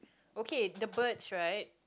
okay the birds right